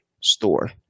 store